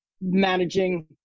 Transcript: managing